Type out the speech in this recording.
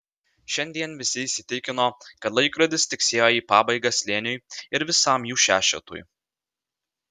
šiandien visi įsitikino kad laikrodis tiksėjo į pabaigą slėniui ir visam jų šešetui